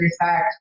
respect